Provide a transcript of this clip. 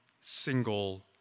single